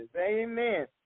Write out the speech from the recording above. Amen